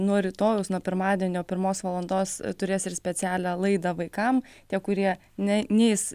nuo rytojaus nuo pirmadienio pirmos valandos turės ir specialią laidą vaikam tie kurie ne neis